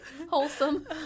wholesome